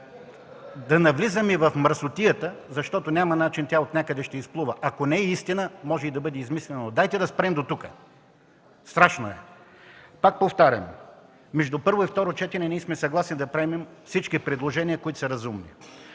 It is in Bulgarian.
да навлизаме в мръсотията, защото няма начин – тя отнякъде ще изплува. Ако не е истина, може и да бъде измислено. Дайте да спрем дотук. Страшно е. Пак повтарям, между първо и второ четене ние сме съгласни да приемем всички предложения, които са разумни.